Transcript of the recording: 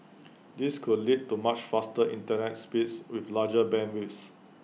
this could lead to much faster Internet speeds with larger bandwidths